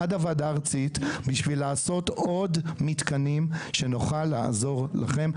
עד הוועדה הארצית בשביל לעשות עוד מתקנים שנוכל לעזור לכם.